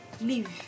leave